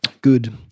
good